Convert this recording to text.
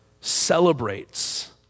celebrates